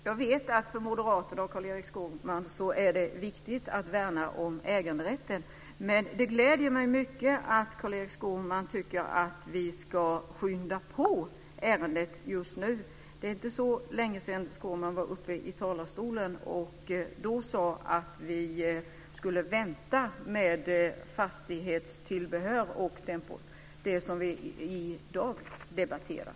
Fru talman! Jag vet att det är viktigt att värna om äganderätten för moderaterna och Carl-Erik Skårman. Men det gläder mig mycket att Carl-Erik Skårman tycker att vi nu ska skynda på ärendet. Det är inte så länge sedan som Carl-Erik Skårman var uppe i talarstolen och sade att vi skulle vänta med fastighetstillbehör och de frågor som vi i dag debatterar.